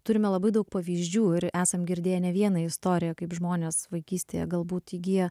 turime labai daug pavyzdžių ir esam girdėję ne vieną istoriją kaip žmonės vaikystėje galbūt įgijo